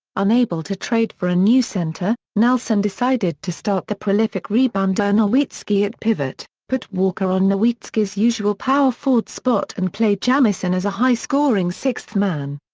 unable to trade for a new center, nelson decided to start the prolific rebounder nowitzki at pivot, put walker on nowitzki's usual power forward spot and played jamison as a high-scoring sixth man.